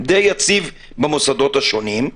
די יציב במוסדות השונים,